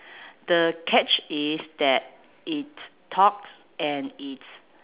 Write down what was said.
the catch is that it's talks and it's